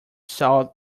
sold